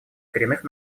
коренных